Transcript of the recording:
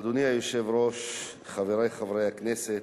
אדוני היושב-ראש, חברי חברי הכנסת,